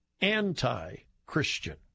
anti-Christian